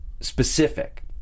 specific